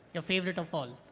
your favorite of all.